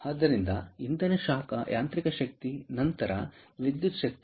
ಆದ್ದರಿಂದ ಇಂಧನ ಶಾಖ ಯಾಂತ್ರಿಕ ಶಕ್ತಿ ನಂತರ ವಿದ್ಯುತ್ ಶಕ್ತಿ